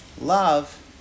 Love